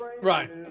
Right